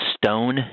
Stone